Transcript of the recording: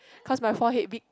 cause my forehead big